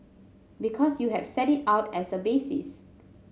because you have set it out as a basis